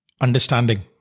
understanding